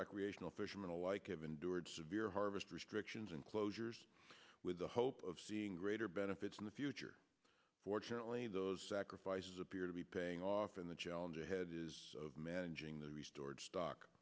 recreational fishermen alike have endured severe harvest restrictions and closures with the hope of seeing greater benefits in the future fortunately those sacrifices appear to be paying off in the challenge ahead of managing the restored